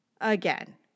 Again